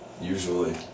Usually